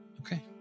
Okay